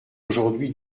aujourd’hui